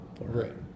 right